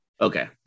Okay